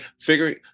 figuring